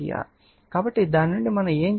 కాబట్టి దీని నుండి మనం ఏమి చేయవచ్చు